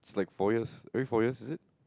four years every four years is it